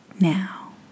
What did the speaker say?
now